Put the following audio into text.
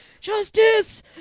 justice